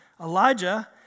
Elijah